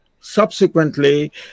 subsequently